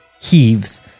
heaves